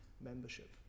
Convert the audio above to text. membership